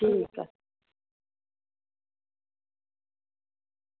ठीक ऐ